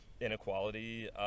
inequality